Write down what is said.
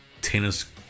tennis